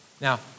Now